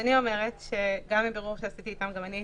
אני אומרת שמבירור שעשיתי איתם, גם עם